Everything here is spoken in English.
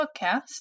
podcast